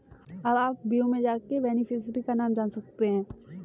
अब आप व्यू में जाके बेनिफिशियरी का नाम जान सकते है